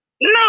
No